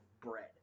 bread